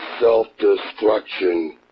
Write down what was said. self-destruction